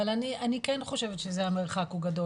אבל אני כן חושבת שהמרחק הוא גדול.